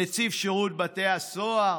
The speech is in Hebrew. נציב שירות בתי הסוהר.